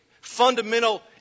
fundamental